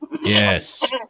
Yes